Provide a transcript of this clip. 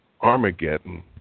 Armageddon